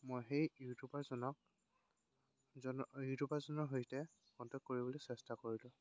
মই সেই ইউটিউবাৰজনক জন ইউটিউবাৰজনৰ সৈতে কণ্টেক্ট কৰিবলৈ চেষ্টা কৰিলোঁ